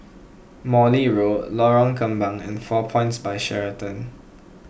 Morley Road Lorong Kembang and four Points By Sheraton